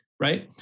right